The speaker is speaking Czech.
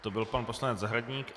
To byl pan poslanec Zahradník.